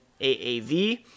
AAV